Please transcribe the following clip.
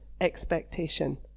expectation